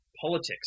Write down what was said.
politics